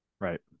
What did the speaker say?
Right